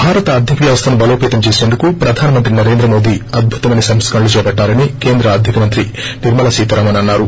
భారత ఆర్ధిక వ్యవస్థను బలోపేతం చేసేందుకు ప్రధానమంత్రి నరేంద్ర మోదీ అద్యుతమైన సంస్కరణలు చేపట్లారని కేంద్ర ఆర్గిక మంత్రి నిర్మలా సీతారామన్ అన్నారు